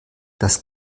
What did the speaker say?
das